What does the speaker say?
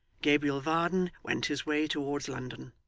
gabriel varden went his way towards london,